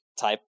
type